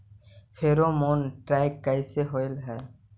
Pheromone trap कैसे होब हई?